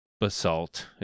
Basalt